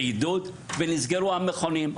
נסגרו המכונים,